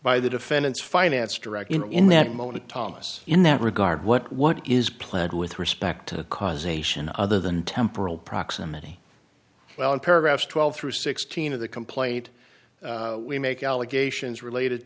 by the defendant's finance director in that moment thomas in that regard what what is planned with respect to causation other than temporal proximity well in paragraphs twelve through sixteen of the complaint we make allegations related